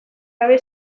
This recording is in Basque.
gabe